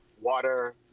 water